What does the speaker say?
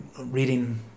reading